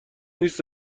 نیست